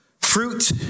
fruit